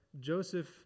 Joseph